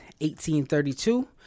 1832